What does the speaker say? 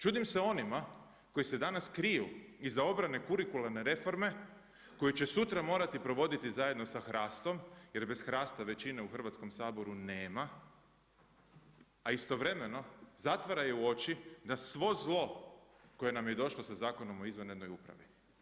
Čudim se onima koji se danas kriju iza obrane kurikuralne reforme koji će sutra morati provoditi zajedno sa HRAST-om jer bez HRAST-a većine u Hrvatskom saboru nema, a istovremeno zatvaraju oči da svo zlo koje nam je došlo sa Zakonom o izvanrednoj upravi.